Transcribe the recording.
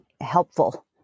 helpful